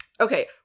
Okay